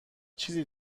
چیزی